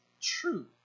true